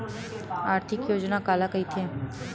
आर्थिक योजना काला कइथे?